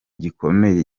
gikomeye